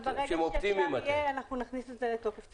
וברגע שאפשר יהיה אנחנו נכניס את זה לתוקף.